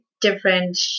different